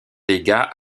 légat